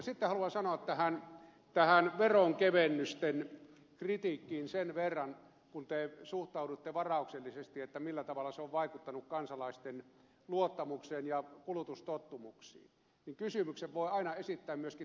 sitten haluan sanoa tähän veronkevennysten kritiikkiin sen verran kun te suhtaudutte varauksellisesti siihen millä tavalla ne ovat vaikuttaneet kansalaisten luottamukseen ja kulutustottumuksiin että kysymyksen voi aina esittää myöskin toisinpäin